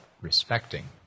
respecting